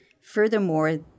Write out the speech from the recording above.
Furthermore